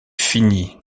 fini